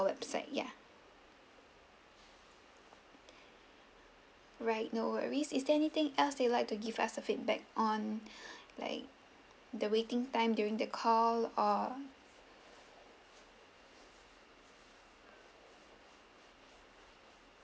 website ya right no worries is there anything else that you'd like to give us a feedback on like the waiting time during the call or